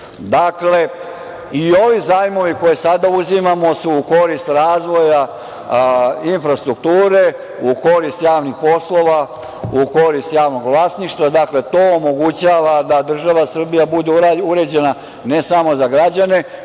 vozila. Dakle, i ovi zajmovi koje sada uzimamo su u korist razvoja infrastrukture, u korist javnih poslova, u korist javnog vlasništva. Dakle, to omogućava da država Srbija bude uređena ne samo za građana,